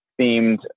themed